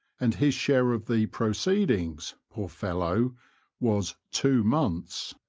and his share of the proceedings, poor fellow was two months.